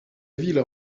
ville